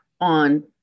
on